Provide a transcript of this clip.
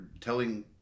telling